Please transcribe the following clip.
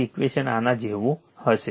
તેથી ઈક્વેશન આના જેવું હશે